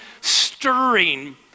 stirring